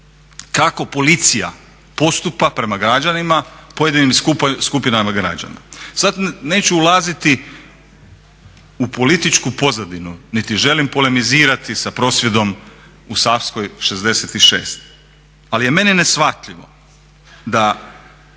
kako policija postupa prema građanima, pojedinim skupinama građana? Sad neću ulaziti u političku pozadinu, niti želim polemizirati sa prosvjedom u Savskoj 66, ali je meni ne shvatljivo da